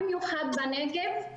במיוחד בנגב,